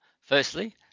firstly